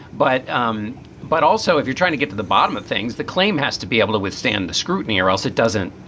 but um but also if you're trying to get to the bottom of things, the claim has to be able to withstand the scrutiny or else it doesn't.